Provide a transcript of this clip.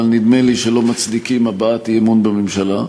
אבל נדמה לי שלא מצדיקים הבעת אי-אמון בממשלה,